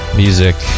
music